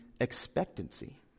expectancy